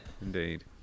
indeed